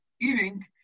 eating